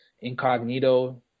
incognito